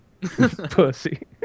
pussy